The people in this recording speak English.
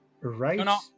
right